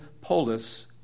polis